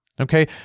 Okay